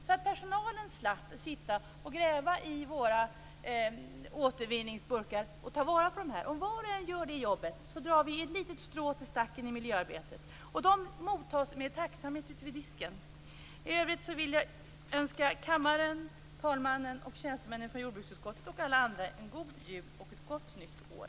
Då slipper personalen gräva i våra återvinningsburkar för att ta vara på dem. Om var och en gör det jobbet drar vi ett litet strå till stacken i miljöarbetet. De mottas med tacksamhet ute vid disken. I övrigt vill jag önska kammaren, talmannen, tjänstemännen från miljö och jordbruksutskottet och alla andra en god jul och ett gott nytt år.